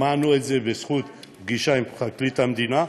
שמענו את זה בזכות פגישה עם פרקליט המדינה,